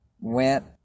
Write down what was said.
went